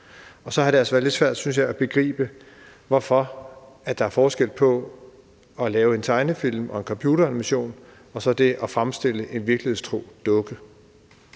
og så har det altså – synes jeg – været lidt svært at begribe, hvorfor der er forskel på det at lave en tegnefilm og en computeranimation og så det at fremstille en virkelighedstro dukke,